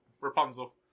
Rapunzel